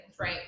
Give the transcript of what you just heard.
right